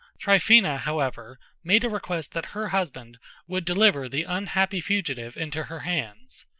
tryphena, however, made a request that her husband would deliver the unhappy fugitive into her hands.